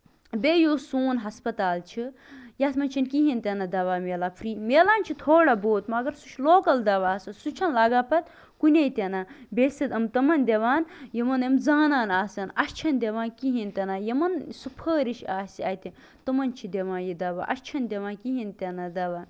بیٚیہِ یُس سون ہَسپَتال چھُ یَتھ منٛز چھُنہٕ کِہینۍ تہِ نہٕ دوا مِلان فری مِلان چھُ تھوڑا بہت مَگر سُہ چھُ لوکَل دوا آسان سُہ چھُنہٕ لَگان پَتہٕ کُنی تہِ نہٕ بیٚیہِ چھِ یِم تِمن دوان یِمن یِم زانان آسن اَسہِ چھِنہٕ دِوان کِہینۍ تہِ نہٕ یِمن سُفٲرِش آسہِ اَتہِ تِمَن چھِ دِوان یہِ دوا اَسہِ چھُنہٕ دِوان کِہینۍ تہِ نہٕ دوا